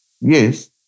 Yes